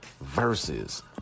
versus